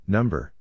Number